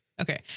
Okay